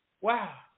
Wow